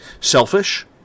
Selfish